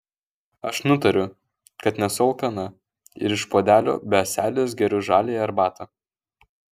aš nutariu kad nesu alkana ir iš puodelio be ąselės geriu žaliąją arbatą